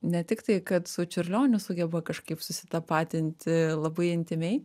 ne tik tai kad su čiurlioniu sugeba kažkaip susitapatinti labai intymiai